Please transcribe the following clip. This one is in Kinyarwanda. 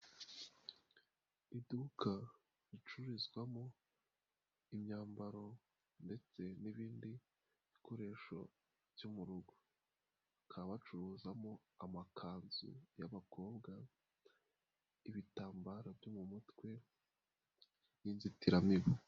Iduka ricururizwamo imyambaro ndetse n'ibindi bikoresho byo mu rugo. Bakaba bacuruzamo amakanzu y'abakobwa, ibitambaro byo mu mutwe n'inzitiramibu.